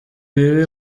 bibi